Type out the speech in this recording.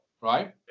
Right